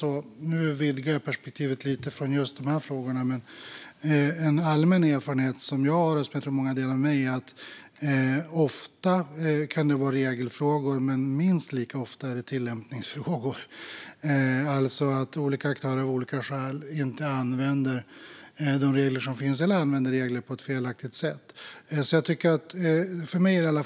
Jag vill vidga perspektivet lite och tala om en allmän erfarenhet som jag har och som jag tror att många delar med mig: Ofta kan det vara fråga om regler, men minst lika ofta är det fråga om tillämpning. Aktörer använder av olika skäl inte de regler som finns eller använder dem på ett felaktigt sätt.